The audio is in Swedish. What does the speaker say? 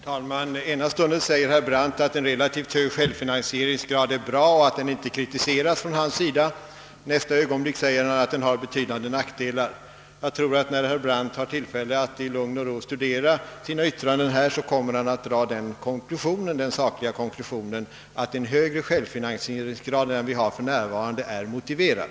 Herr talman! I ena stunden säger herr Brandt att en relativt hög självfinansieringsgrad är önskvärd och att han inte kritiserar förekomsten av en sådan, i nästa ögonblick menar han att den har betydande nackdelar. Jag tror att herr Brandt, när han har tillfälle att i lugn och ro studera sina yttranden i denna debatt, kommer att göra den sakliga konklusionen att en högre självfinansieringsgrad än den vi för närvarande har är motiverad.